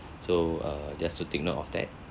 so err just to take note of that